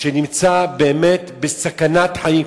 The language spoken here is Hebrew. שנמצא בסכנת חיים,